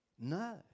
No